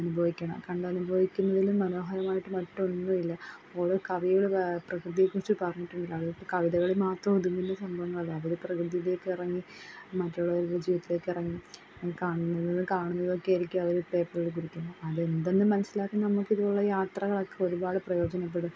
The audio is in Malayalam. അനുഭവിക്കണം കണ്ടനുഭവിക്കുന്നതിലും മനോഹരമായിട്ട് മറ്റൊന്നുവില്ല ഓരോ കവികൾ പ്രകൃതിയെക്കുറിച്ച് പറഞ്ഞിട്ടുണ്ടല്ലൊ കവിതകളിൽ മാത്രം ഒതുങ്ങുന്ന സംഭവങ്ങളല്ല പ്രകൃതിയിലേക്കിറങ്ങി മറ്റുള്ളവരുടെ ജീവിതത്തിലേക്കിറങ്ങി കാണുന്നതും കാണുന്നതൊക്കെയായിരിക്കും അവർ പേപ്പറിൽ കുറിക്കുന്നത് അതെന്തെന്ന് മനസിലാക്കാൻ നമുക്കിതുപോലുള്ള യാത്രകളൊക്കെ ഒരുപാട് പ്രയോജനപ്പെടും